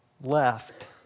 left